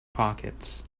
pockets